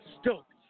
stoked